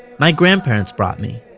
my grandparents brought me.